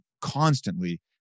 constantly